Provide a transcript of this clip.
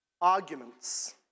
arguments